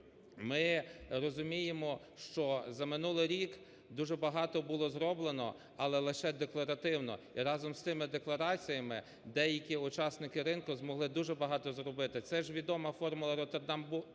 Ми розуміємо, що за минулий рік дуже багато було зроблено, але лише декларативно. І разом з тими деклараціями деякі учасники ринку змогли дуже багато зробити. Це ж відома формула "Роттердам